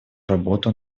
работу